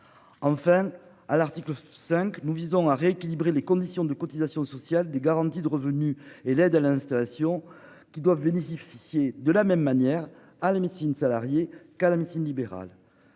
Enfin à l'article 5 nous visant à rééquilibrer les conditions de cotisations sociales des garanties de revenus et l'aide à l'installation qui doivent Venezi. De la même manière à la médecine salariée Calamity libéral.